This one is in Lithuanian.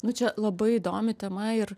nu čia labai įdomi tema ir